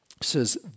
says